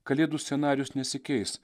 kalėdų scenarijus nesikeis